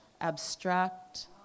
abstract